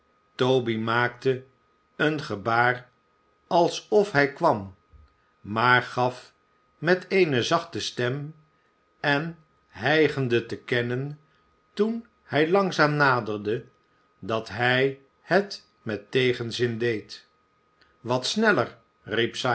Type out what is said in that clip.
toby maakte een gebaar a sof hij kwam maar gaf met eene zachte stem en hijgende te kennen toen hij langzaam naderde dat hij het met tegenzin deed wat sneller riep